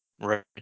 Right